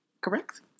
Correct